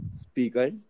Speakers